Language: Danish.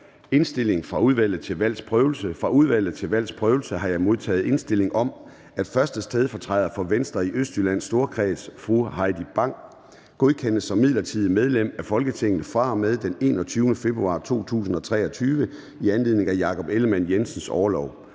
Fra Udvalget til Valgs Prøvelse har jeg modtaget indstilling om, at 1. stedfortræder for Venstre i Østjyllands Storkreds, Heidi Bank, godkendes som midlertidigt medlem af Folketinget fra og med den 21. februar 2023 i anledning af Jakob Ellemann-Jensens orlov.